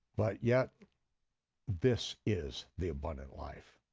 but yet this is the abundant life.